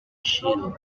shield